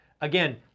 Again